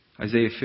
Isaiah